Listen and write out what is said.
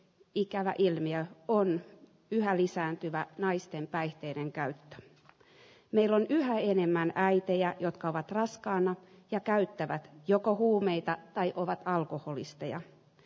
ikävä ilmiö on yhä lisääntyvä naisten päihteiden käyttöä meillä on yhä enemmän äitejä jotka ovat raskaana ja käyttävät joko huumeita tai ovat alkoholisteja